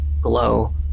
glow